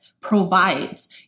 provides